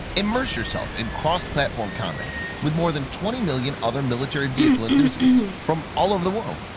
immerse yourself in cross-platform combat with more than twenty million other military vehicle enthusiasts from all over the world.